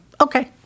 okay